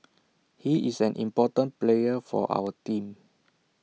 he's an important player for our team